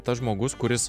tas žmogus kuris